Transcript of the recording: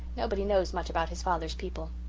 nobody knows much about his father's people